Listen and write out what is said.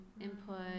input